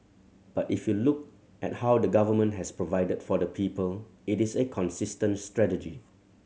but if you look at how the Government has provided for the people it is a consistent strategy